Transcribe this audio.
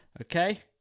Okay